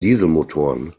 dieselmotoren